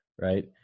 Right